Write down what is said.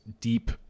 deep